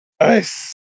Nice